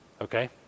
Okay